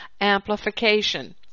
amplification